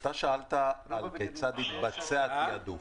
אתה שאלת כיצד התבצע התעדוף.